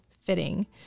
fitting